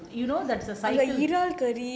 you know there's a cycle